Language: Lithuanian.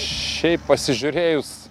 šiaip pasižiūrėjus